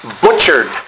Butchered